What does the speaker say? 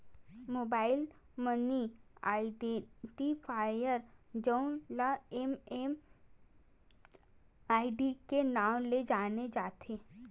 mobile money identifier जउन ल MMID के नांव ले जाने जाथे